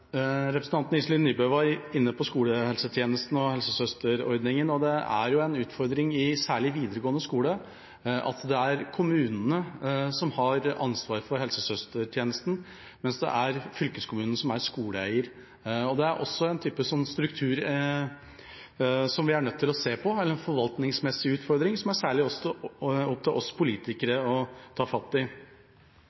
Representanten Iselin Nybø var inne på skolehelsetjenesten og helsesøsterordninga, og det er en utfordring, særlig i videregående skole, at det er kommunene som har ansvaret for helsesøstertjenesten, mens det er fylkeskommunen som er skoleeier. Det er også en type struktur som vi er nødt til å se på, eller en forvaltningsmessig utfordring som det er særlig opp til oss politikere